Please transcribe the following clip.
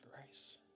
grace